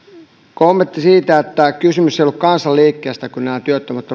kommentti siitä että kysymys ei ollut kansanliikkeestä kun nämä työttömät